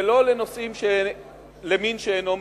ולא לנושאים של מין בשאינו מינו.